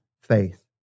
faith